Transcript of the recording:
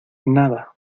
nada